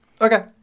Okay